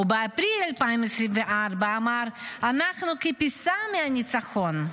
ובאפריל 2024 אמר: אנחנו כפסע מהניצחון.